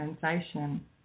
sensation